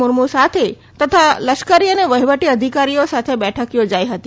મુર્મુ સાથે તથા લશ્કરી અને વહીવટી અધિકારીઓ સાથે બેઠક યોજાઈ હતી